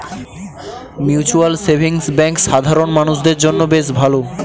mutual savings bank সাধারণ মানুষদের জন্য বেশ ভালো